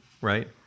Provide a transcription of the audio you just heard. right